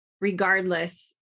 regardless